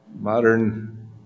Modern